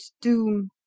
doom